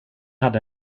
hade